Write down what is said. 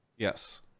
yes